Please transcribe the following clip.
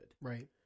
right